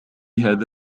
هذا